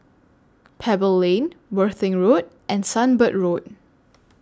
Pebble Lane Worthing Road and Sunbird Road